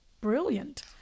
brilliant